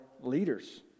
leaders